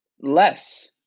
less